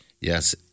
Yes